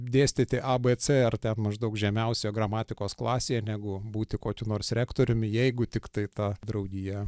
dėstyti a b c ar ten maždaug žemiausioje gramatikos klasėje negu būti kokiu nors rektoriumi jeigu tiktai ta draugija